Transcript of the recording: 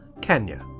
Kenya